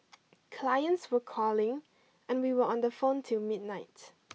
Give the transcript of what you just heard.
clients were calling and we were on the phone till midnight